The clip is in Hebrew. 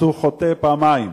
חוטא פעמיים: